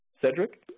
Cedric